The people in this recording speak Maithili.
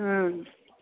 हूँ